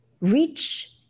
reach